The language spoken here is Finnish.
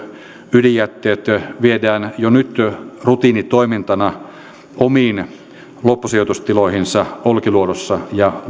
ydinjätteet viedään jo nyt rutiinitoimintana omiin loppusijoitustiloihinsa olkiluodossa ja